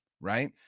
Right